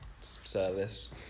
service